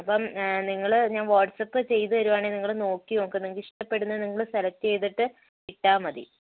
അപ്പം നിങ്ങൾ ഞാൻ വാട്ട്സ്ആപ്പ് ചെയ്ത് തരികയാണെങ്കിൽ നിങ്ങൾ നോക്കിനോക്ക് നിങ്ങൾക്ക് ഇഷ്ടപ്പെടുന്നത് നിങ്ങൾ സെലക്ട് ചെയ്തിട്ട് ഇട്ടാൽമതി